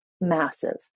massive